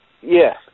Yes